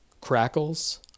crackles